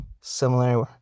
similar